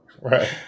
Right